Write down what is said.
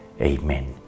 Amen